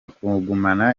kugumana